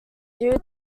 due